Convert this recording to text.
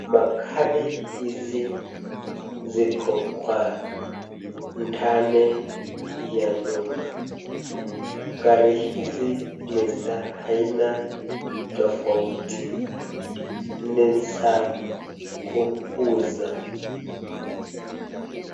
Magari hizi ziko ndani ya nyumba gari hizi ni za aina tofauti ni za kuuza.